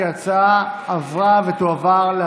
ההצעה להעביר את